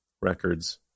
records